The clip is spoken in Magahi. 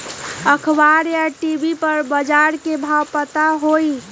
अखबार या टी.वी पर बजार के भाव पता होई?